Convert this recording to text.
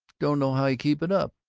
don't know how you keep it up,